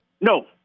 No